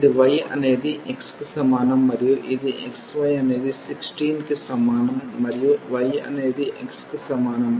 ఇది y అనేది x కి సమానం మరియు ఇది xy అనేది 16 కి సమానం మరియు y అనేది x కి సమానం